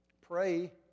Pray